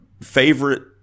favorite